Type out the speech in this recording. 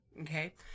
Okay